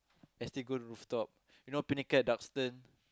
I still go rooftop you know Pinnacle-Duxton